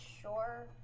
sure